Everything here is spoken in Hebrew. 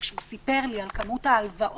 וכשהוא סיפר לי על כמות ההלוואות